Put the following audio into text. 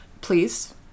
Please